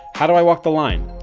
how do i walk the line?